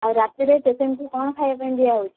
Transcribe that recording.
ଆଉ ରାତିରେ ପେସେଣ୍ଟକୁ କ'ଣ ଖାଇବା ପାଇଁ ଦିଆହେଉଛି